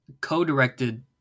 co-directed